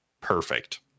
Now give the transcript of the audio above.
perfect